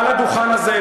על הדוכן הזה,